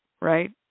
right